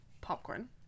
popcorn